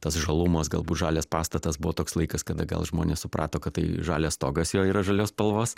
tas žalumas galbūt žalias pastatas buvo toks laikas kada gal žmonės suprato kad tai žalias stogas jo yra žalios spalvos